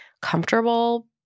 Comfortable